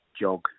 jog